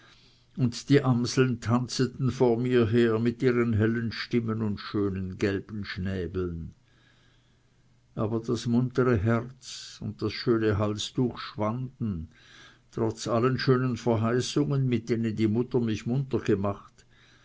und die amseln tanzeten vor mir her mit ihren hellen stimmen und schönen gelben schnäbeln aber das muntere herz und das schöne halstuch schwanden trotz allen schönen verheißungen mit denen die mutter mich munter gemacht